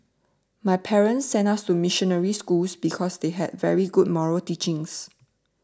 my parents sent us to missionary schools because they had very good moral teachings